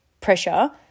pressure